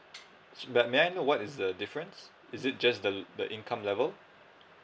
s~ but may I know what is the difference is it just the the income level